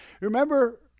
Remember